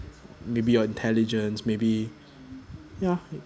maybe your intelligence maybe ya